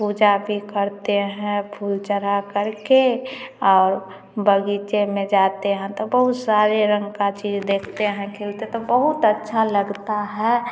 पूजा भी करते हैं फूल चढ़ाकर के और बगीचे में जाते हैं तो बहुत सारे रंग का चीज देखते हैं तो बहुत अच्छा लगता है